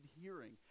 hearing